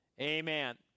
amen